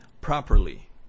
properly